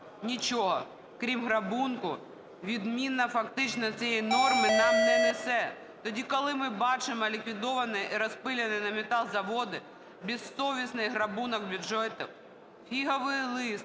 нічого крім грабунку відміна фактично цієї норми нам не несе. Тоді, коли ми бачимо ліквідовані і розпиляні на метал заводи, безсовісний грабунок бюджету, фіговий лист